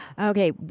Okay